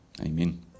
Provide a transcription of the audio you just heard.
Amen